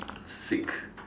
sick